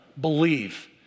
believe